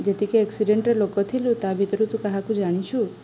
ଯେତିକି ଆକ୍ସିଡ଼େଣ୍ଟ୍ ଲୋକ ଥିଲୁ ତା ଭିତରୁ ତୁ କାହାକୁ ଜାଣିଛୁ